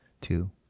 two